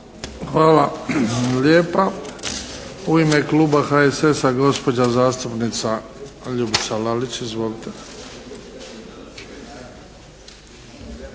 Hvala lijepa. U ime kluba HSS-a gospođa zastupnica Ljubica Lalić. Izvolite.